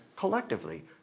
Collectively